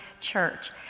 church